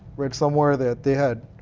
read somewhere that they had